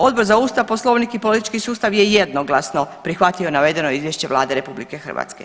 Odbor za Ustav, Poslovnik i politički sustav je jednoglasno prihvatio navedeno izvješće Vlade RH.